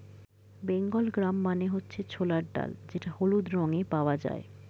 Bengal gram মানে হচ্ছে ছোলার ডাল যেটা হলুদ রঙে পাওয়া যায়